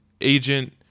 agent